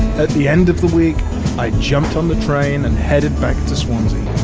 at the end of the week i jumped on the train and headed back to swansea.